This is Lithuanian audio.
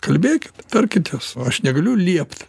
kalbėkit tarkitės aš negaliu liept